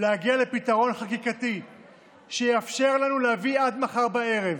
להגיע לפתרון חקיקתי שיאפשר לנו להביא עד מחר בערב